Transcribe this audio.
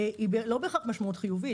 היא לא בהכרח משמעות חיובית,